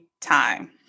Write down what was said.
time